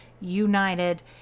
united